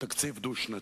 תקציב דו-שנתי,